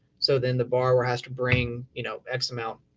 so then the borrower has to bring, you know, x amount,